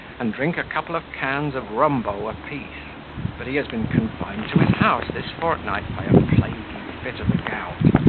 and drink a couple of cans of rumbo a piece but he has been confined to his house this fortnight by a plaguy fit of the gout,